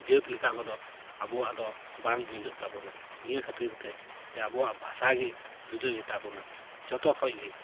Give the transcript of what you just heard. ᱡᱟᱹᱛ ᱞᱮᱠᱟ ᱠᱚᱫᱚ ᱟᱵᱚᱣᱟᱜ ᱫᱚ ᱵᱟᱝ ᱢᱤᱞᱟᱹᱜ ᱛᱟᱵᱚᱱᱟ ᱱᱤᱭᱟᱹ ᱠᱷᱟᱹᱛᱤᱨ ᱛᱮ ᱡᱮ ᱟᱵᱚᱣᱟᱜ ᱵᱷᱟᱥᱟ ᱜᱮ ᱡᱩᱫᱟᱹ ᱜᱮᱛᱟ ᱵᱚᱱᱟ ᱡᱚᱛᱚ ᱠᱷᱚᱱ ᱜᱮ